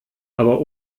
aber